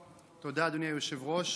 תודה, אדוני היושב-ראש.